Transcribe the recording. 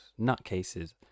nutcases